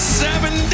seven